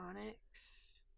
onyx